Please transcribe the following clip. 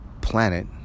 planet